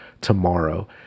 tomorrow